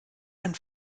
ein